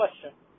question